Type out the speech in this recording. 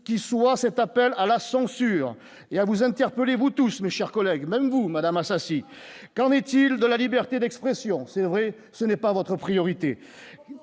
qu'il soit, cet appel à la censure, il y a vous interpellez, vous tous, mes chers collègues, même vous Madame Assassi, qu'en est-il de la liberté d'expression, c'est vrai, ce n'est pas votre priorité